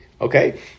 Okay